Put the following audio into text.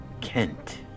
Kent